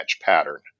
pattern